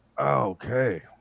Okay